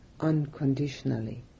unconditionally